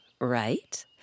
right